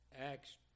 Acts